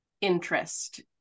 interest